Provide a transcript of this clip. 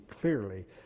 clearly